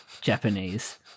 Japanese